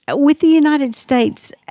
ah with the united states,